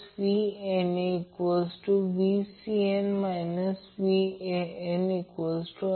आणि current neutral आहे म्हणजे I n